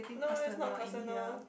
no no is not personal